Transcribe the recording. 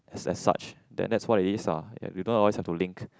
as such then that's what it is ah you don't always have to link